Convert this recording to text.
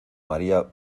maría